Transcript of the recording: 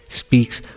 speaks